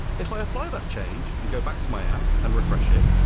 if i apply that change and go back to my app and refresh it,